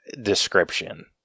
description